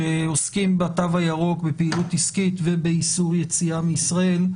שעוסקים בתו הירוק בפעילות עסקית ובאיסור יציאה מישראל,